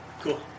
Cool